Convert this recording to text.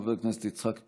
חבר הכנסת יצחק פינדרוס,